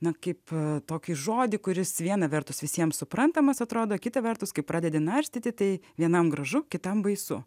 na kaip tokį žodį kuris viena vertus visiems suprantamas atrodo kita vertus kai pradedi narstyti tai vienam gražu kitam baisu